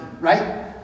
right